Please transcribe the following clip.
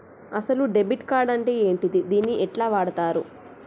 అసలు debit card అంటే ఏంటిది? దీన్ని ఎట్ల వాడుతరు?